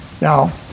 Now